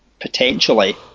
potentially